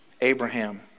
Abraham